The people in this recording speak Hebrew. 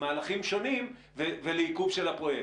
מהלכים שונים ולעיכוב של הפרויקט?